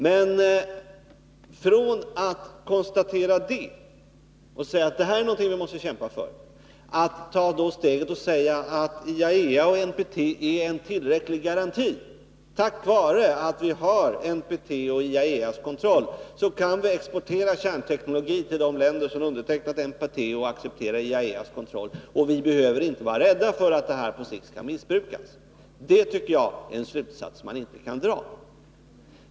Men från att konstatera det och säga att detta är någonting att kämpa för är steget långt till att anse att IAEA och NPT är en tillräcklig garanti och att vi, tack vare att vi har den kontrollen, utan att vara rädda för att kärnteknologin på sikt kan missbrukas kan exportera kärnteknologi till de länder som undertecknat NPT och accepterat IAEA:s kontroll. Det, tycker jag, är en slutsats som man inte kan dra.